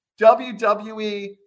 WWE